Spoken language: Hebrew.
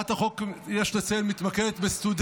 יש לציין שהצעת החוק מתמקדת בסטודנטים